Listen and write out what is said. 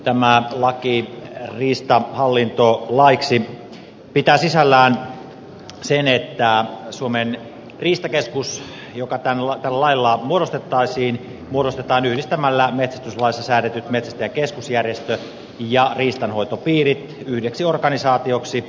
tämä laki riistahallintolaiksi pitää sisällään sen että suomen riistakeskus joka tällä lailla muodostettaisiin muodostetaan yhdistämällä metsästyslaissa säädetyt metsästäjäin keskusjärjestö ja riistanhoitopiirit yhdeksi organisaatioksi